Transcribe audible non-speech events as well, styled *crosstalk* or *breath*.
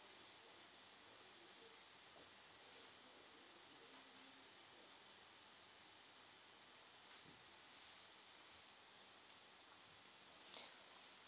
*breath*